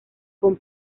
con